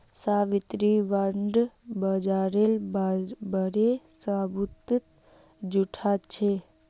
Savitri bond बाजारेर बारे सबूत जुटाछेक